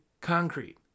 concrete